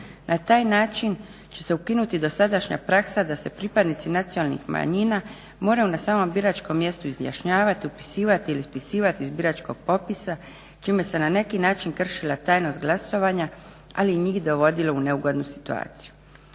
Na taj način će se ukinuti dosadašnja praksa da se pripadnici nacionalnih manjina moraju na samom biračkom mjestu izjašnjavati, upisivati ili ispisivati iz biračkog popisa čime se na neki način kršila tajnost glasovanja ali i njih dovodilo u neugodnu situaciju.